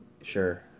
Sure